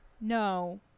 No